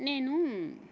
నేను